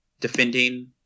defending